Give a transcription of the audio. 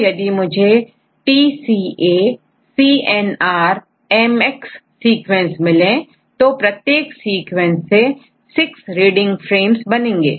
तो यदि मुझे TCA CNR MX सीक्वेंस मिले तो प्रत्येक सीक्वेंस से सिक्स रीडिंग फ्रेम्स कैसे बनेंगे